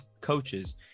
coaches